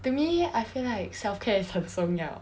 to me I feel like self care is 很重要